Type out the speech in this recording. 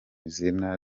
izina